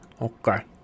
okay